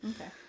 Okay